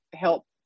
help